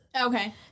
Okay